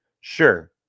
Sure